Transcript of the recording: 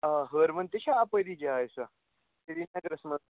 آ ہٲروَن تہِ چھا اَپٲری جاے سۄ سِری نگرس منٛز